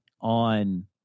on